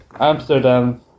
Amsterdam